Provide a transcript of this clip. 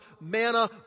manna